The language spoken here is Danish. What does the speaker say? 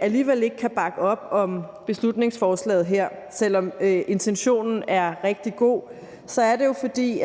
alligevel ikke kan bakke op om beslutningsforslaget her, selv om intentionen er rigtig god, er det jo, fordi